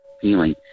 feeling